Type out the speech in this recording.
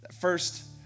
first